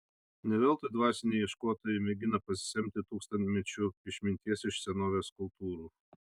ne veltui dvasiniai ieškotojai mėgina pasisemti tūkstantmečių išminties iš senovės kultūrų